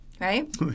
right